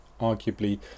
arguably